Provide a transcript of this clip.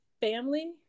family